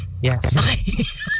Yes